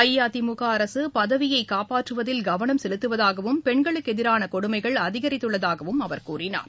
அஇஅதிமுக அரசு பதவியை காப்பாற்றுவதில் கவனம் செலுத்துவதாகவும் பெண்குளுக்கு எதிரான கொடுமைகள் அதிகரித்துள்ளதாகவும் அவர் கூறினார்